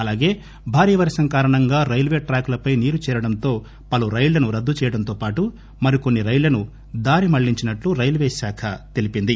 అలాగే భారీ వర్షంకారణంగా రైల్వే ట్రాక్లపై నీరు చేరడంతో పలు రైళ్లను రద్దుచేయడంతోపాటు మరికొన్సి రైళ్లను దారిమళ్లించినట్లు రైల్వే శాఖ తెలియజేసింది